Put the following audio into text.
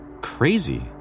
crazy